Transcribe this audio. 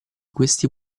questi